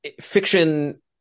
Fiction